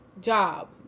Job